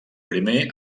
primer